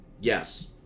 Yes